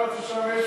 ביקרתי שם.